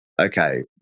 okay